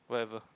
whatever